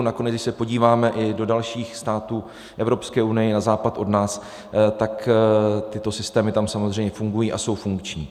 Nakonec když se podíváme i do dalších států Evropské unie na západ od nás, tak tyto systémy tam samozřejmě fungují a jsou funkční.